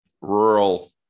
rural